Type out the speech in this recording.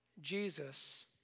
Jesus